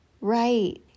Right